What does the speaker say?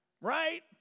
Right